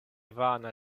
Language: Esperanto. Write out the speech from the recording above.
vana